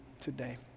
today